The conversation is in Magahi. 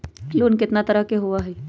लोन केतना तरह के होअ हई?